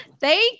thank